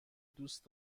دوست